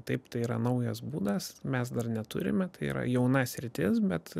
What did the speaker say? taip tai yra naujas būdas mes dar neturime tai yra jauna sritis bet